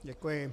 Děkuji.